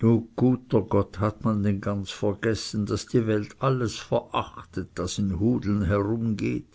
du guter gott hat man denn ganz vergessen daß die welt alles verachtet das in hudeln herumgeht